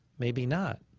maybe not.